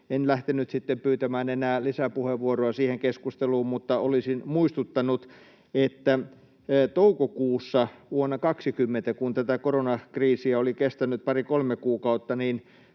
en lähtenyt sitten pyytämään enää lisäpuheenvuoroa siihen keskusteluun, mutta olisin muistuttanut, että toukokuussa vuonna 20, kun tätä koronakriisiä oli kestänyt pari kolme kuukautta, laitoin